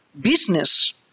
business